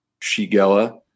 shigella